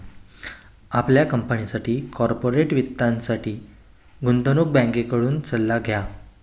आपल्या कंपनीसाठी कॉर्पोरेट वित्तासाठी गुंतवणूक बँकेकडून सल्ला घ्या